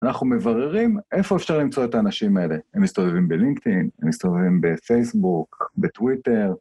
אנחנו מבררים איפה אפשר למצוא את האנשים האלה. הם מסתובבים בלינקדאין, הם מסתובבים בפייסבוק, בטוויטר.